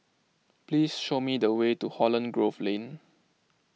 please show me the way to Holland Grove Lane